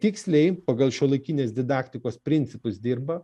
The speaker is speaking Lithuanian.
tiksliai pagal šiuolaikinės didaktikos principus dirba